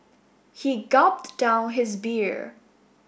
he gulped down his beer